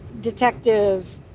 detective